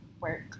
work